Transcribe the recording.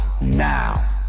now